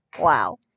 Wow